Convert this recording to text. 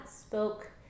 spoke